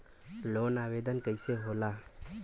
Loan आवेदन कैसे होला?